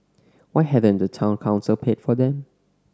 why hadn't the Town Council paid for them